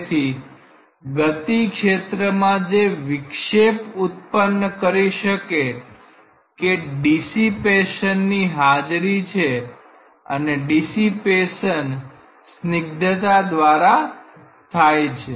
તેથી ગતિ ક્ષેત્રમાં જે વિક્ષેપ ઉત્પન્ન કરી શકે કે ડીસીપેશનની હાજરી છે અને ડીસીપેશન સ્નિગ્ધતા દ્વારા થાય છે